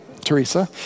Teresa